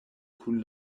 kun